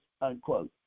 unquote